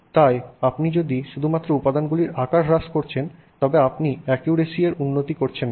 তাই আপনি যদি শুধুমাত্র উপাদানগুলির আকার হ্রাস করছেন তবে আপনি অ্যাকুরেসি এর উন্নতি করছেন না